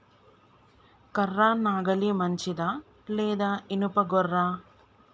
కర్ర నాగలి మంచిదా లేదా? ఇనుప గొర్ర?